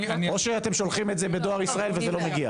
או שאתם שולחים את זה בדואר ישראל וזה לא מגיע.